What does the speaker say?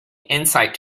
insight